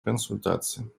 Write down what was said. консультации